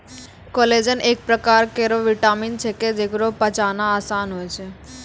collagen एक परकार केरो विटामिन छिकै, जेकरा पचाना आसान होय छै